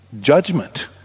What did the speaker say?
judgment